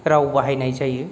राव बाहायनाय जायो